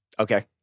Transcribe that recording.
Okay